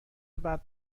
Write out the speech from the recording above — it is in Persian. بعد